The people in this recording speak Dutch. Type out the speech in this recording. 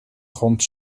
grond